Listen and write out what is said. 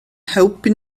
helpu